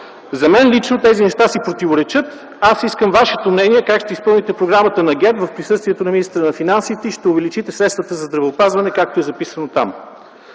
За мен лично тези неща си противоречат. Искам Вашето мнение – как ще изпълните Програмата на ГЕРБ в присъствието на министъра на финансите и как ще увеличите средствата за здравеопазване, както е записано там?